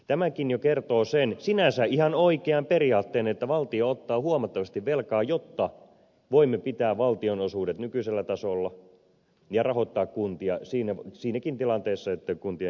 tämäkin jo kertoo sen sinänsä ihan oikean periaatteen että valtio ottaa huomattavasti velkaa jotta voimme pitää valtionosuudet nykyisellä tasolla ja rahoittaa kuntia siinäkin tilanteessa että kuntien tulopohja romahtaa